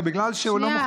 אבל בגלל שהוא לא מחוסן,